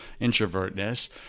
introvertness